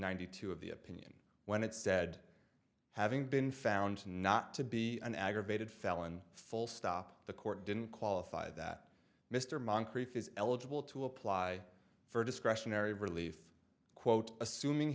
ninety two of the opinion when it said having been found not to be an aggravated felon full stop the court didn't qualify that mr moncrief is eligible to apply for discretionary relief quote assuming